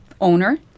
owner